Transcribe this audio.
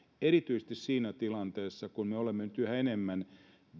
erityisesti siinä tilanteessa kun me olemme nyt yhä enemmän